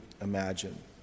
imagine